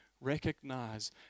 recognize